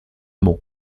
mont